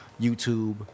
YouTube